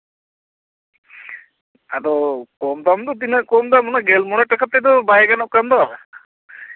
ᱟᱫᱚ ᱠᱚᱢ ᱫᱟᱢ ᱫᱚ ᱛᱤᱱᱟᱹᱜ ᱠᱚᱢ ᱫᱟᱢ ᱫᱚ ᱛᱤᱱᱟᱹᱜ ᱜᱮᱞ ᱢᱚᱬᱮ ᱴᱟᱠᱟ ᱠᱟᱛᱮᱫ ᱫᱚ ᱵᱟᱭ ᱜᱟᱱᱚᱜ ᱠᱟᱱ ᱫᱚ